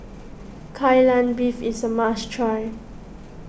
Kai Lan Beef is a must try